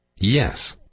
Yes